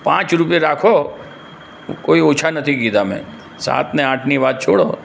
પાંચ રૂપયે રાખો હું કોઈ ઓછા નથી કીધા મેં સાત અને આઠની વાત છોડો